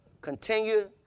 continue